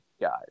guys